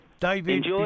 David